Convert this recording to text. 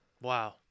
Wow